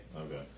Okay